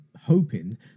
hoping